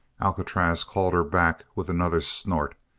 alcatraz called her back with another snort.